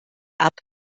app